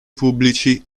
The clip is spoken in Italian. pubblici